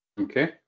Okay